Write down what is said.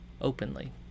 openly